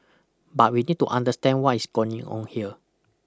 but we need to understand what is going on here